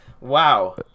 Wow